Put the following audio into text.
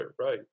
right